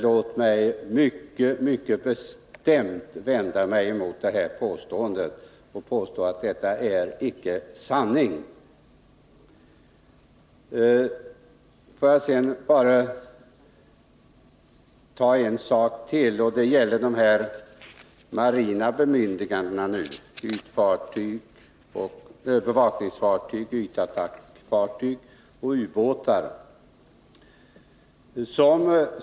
Låt mig mycket bestämt vända mig mot detta påstående. Detta är icke sanning. Får jag ta upp en sak till. Det gäller de marina bemyndigandena nu, bevakningsfartyg, ytattackfartyg och ubåtar.